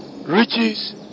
riches